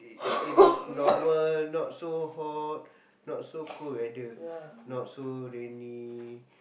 it it is normal not so hot not so cold weather not so rainy